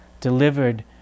delivered